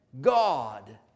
God